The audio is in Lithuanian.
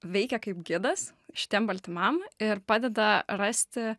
veikia kaip gidas šitiem baltymam ir padeda rasti